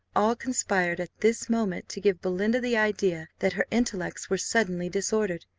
all conspired at this moment to give belinda the idea that her intellects were suddenly disordered.